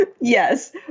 Yes